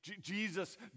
Jesus